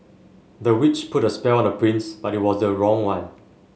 the witch put a spell on the prince but it was the wrong one